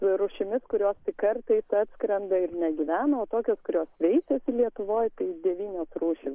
rūšimis kurios tik kartais atskrenda ir negyvena o tokios kurios veisias lietuvoj tai devynios rūšys